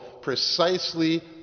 precisely